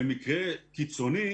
במקרה קיצוני,